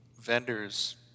vendors